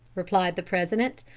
replied the president.